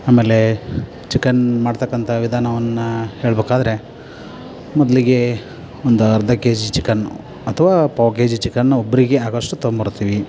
ಆಮೇಲೆ ಚಿಕನ್ ಮಾಡತಕ್ಕಂಥ ವಿಧಾನವನ್ನು ಹೇಳ್ಬೇಕಾದ್ರೆ ಮೊದ್ಲಿಗೆ ಒಂದು ಅರ್ಧ ಕೆ ಜಿ ಚಿಕನ್ನು ಅಥವಾ ಪಾವು ಕೆ ಜಿ ಚಿಕನ್ನು ಒಬ್ಬರಿಗೆ ಆಗೋಷ್ಟು ತೊಗಂಬರ್ತೀನಿ